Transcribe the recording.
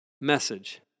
Message